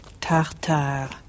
tartare